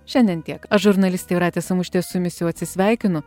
šiandien tiek aš žurnalistė jūratė samušytė su jumis jau atsisveikinu